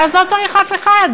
ואז לא צריך אף אחד.